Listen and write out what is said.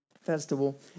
festival